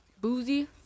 Boozy